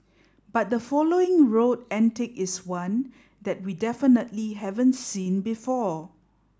but the following road antic is one that we definitely haven't seen before